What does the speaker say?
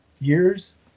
years